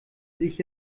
sich